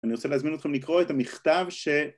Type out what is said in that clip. אני רוצה להזמין אתכם לקרוא את המכתב ש...